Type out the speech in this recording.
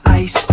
ice